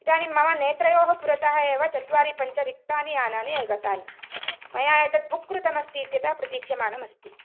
इदानीं मम नेत्रयोः पुरतः एव चत्वारि पञ्च रिक्तानि यानानि गतानि मया एतत् बुक् कृतमस्तीत्यतः प्रतीक्षमाणम् अस्ति